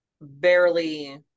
barely